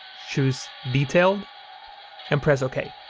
choose detailed and press ok.